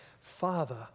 Father